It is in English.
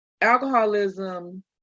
alcoholism